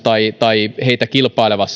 tai tai heidän kanssaan kilpailevan